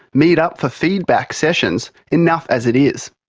meet up for feedback sessions enough as it is.